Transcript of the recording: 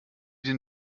den